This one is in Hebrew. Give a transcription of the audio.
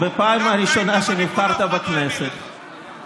גם כשלא היית בליכוד, אף אחד לא האמין לך.